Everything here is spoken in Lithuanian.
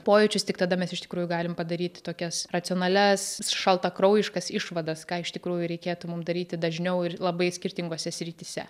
pojūčius tik tada mes iš tikrųjų galim padaryti tokias racionalias šaltakraujiškas išvadas ką iš tikrųjų reikėtų mum daryti dažniau ir labai skirtingose srityse